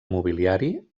mobiliari